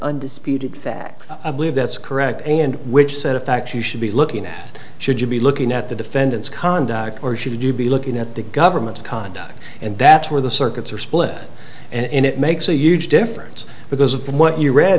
undisputed facts of that's correct and which set of facts you should be looking at should you be looking at the defendant's conduct or should you be looking at the government's contact and that's where the circuits are split and it makes a huge difference because of what you read